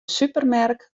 supermerk